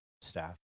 staff